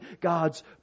God's